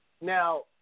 Now